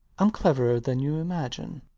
i'm cleverer than you imagine.